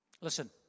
listen